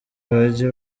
bajye